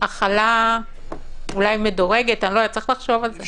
החלה מדורגת יש לחשוב על כך.